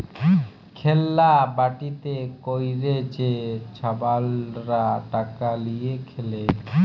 খেল্লা বাটিতে ক্যইরে যে ছাবালরা টাকা লিঁয়ে খেলে